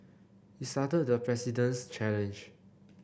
he started the President's challenge